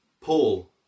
Paul